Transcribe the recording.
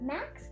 Max